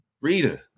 Rita